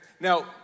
Now